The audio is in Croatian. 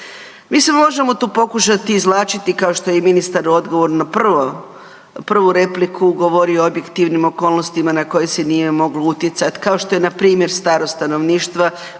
Mi se možemo tu pokušati izvlačiti kao što je ministar odgovorno prvu govorio o objektivnim okolnostima na koje se nije moglo utjecati, kao što je npr. staro stanovništvo